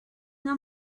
una